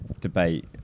debate